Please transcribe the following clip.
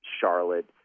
Charlotte